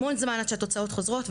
המון זמן עד שהתוצאות חוזרות.